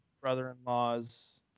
brother-in-law's